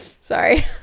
Sorry